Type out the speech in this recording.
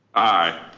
aye.